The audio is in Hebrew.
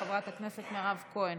חברת הכנסת מירב כהן,